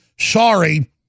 Sorry